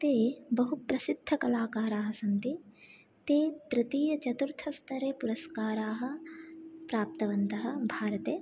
ते बहुप्रसिद्धकलाकाराः सन्ति ते तृतीयचतुर्थस्तरे पुरस्काराः प्राप्तवन्तः भारते